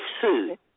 food